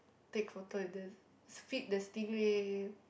take photo with the feed the stingray